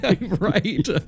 right